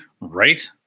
Right